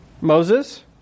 Moses